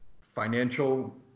financial